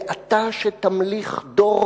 ואתה שתמליך דור